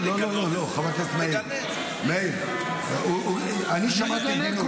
חבר הכנסת מאיר, לא, אני שמעתי ממנו.